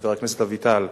חבר הכנסת אביטל,